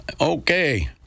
Okay